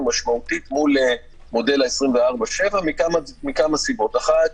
משמעותית לעומת מודל ה-24/7 מכה סיבות: האחת,